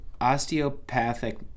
Osteopathic